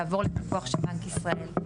לעבור לפיקוח של בנק ישראל.